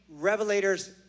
revelators